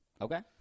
Okay